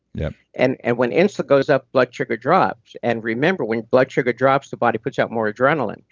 yeah and and when insulin goes up, blood sugar drops. and remember when blood sugar drops, the body puts out more adrenaline.